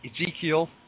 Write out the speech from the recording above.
Ezekiel